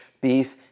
beef